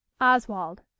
Oswald